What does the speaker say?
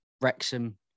Wrexham